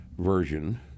Version